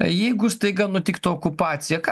jeigu staiga nutiktų okupacija ką